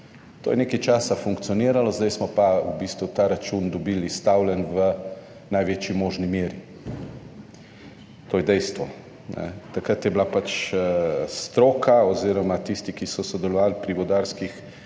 To je nekaj časa funkcioniralo, zdaj smo pa v bistvu ta račun dobili izstavljen v največji možni meri - to je dejstvo. Takrat je bila pač stroka, oz. tisti, ki so sodelovali pri vodarskih